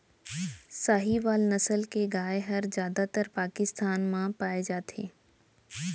साहीवाल नसल के गाय हर जादातर पाकिस्तान म पाए जाथे